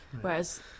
Whereas